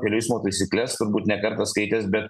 kelių eismo taisykles turbūt ne kartą skaitęs bet